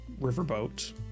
riverboat